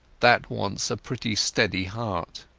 that wants a pretty steady heart.